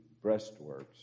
breastworks